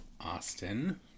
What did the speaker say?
Austin